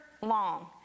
long